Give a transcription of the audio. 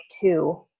two